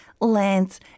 lands